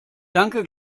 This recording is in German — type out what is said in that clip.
danke